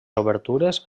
obertures